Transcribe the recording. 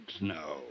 No